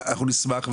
אנחנו נשמח",